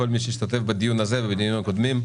לכל מי שהשתתף בדיון הזה ובדיונים הקדומים.